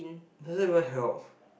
does it even help